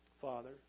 Father